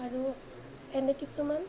আৰু এনে কিছুমান